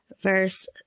verse